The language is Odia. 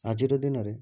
ଆଜିର ଦିନରେ